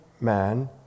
man